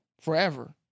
Forever